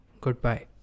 Goodbye